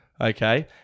Okay